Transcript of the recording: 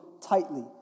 tightly